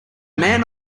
man